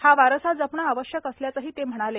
हा वारसा जपणं आवश्यक असल्याचंही नायडु म्हणाले